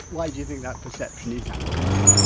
why do you think that perception is out there then?